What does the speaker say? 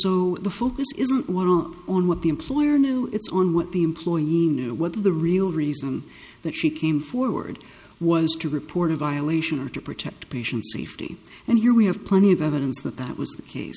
so the focus isn't on what the employer knew its on what the employee knew what the real reason that she came forward was to report a violation or to protect patient safety and here we have plenty of evidence that that was the case